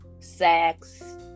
Sex